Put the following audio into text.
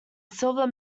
silver